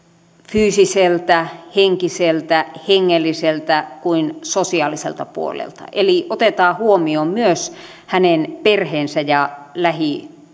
fyysiseltä henkiseltä hengelliseltä kuin sosiaaliselta puolelta eli otetaan huomioon myös hänen perheensä ja